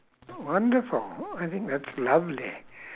wonderful oh I think that's lovely